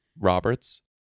Roberts